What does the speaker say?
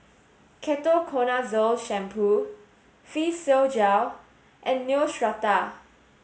Ketoconazole Shampoo Physiogel and Neostrata